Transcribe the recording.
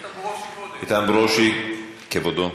איתן ברושי, כבודו,